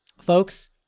folks